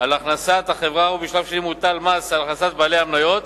על הכנסת החברה ובשלב השני מוטל מס על הכנסת בעלי המניות